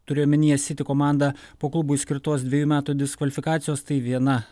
turiu omenyje city komandą po klubui išskirtos dvejų metų diskvalifikacijos tai viena